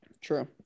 True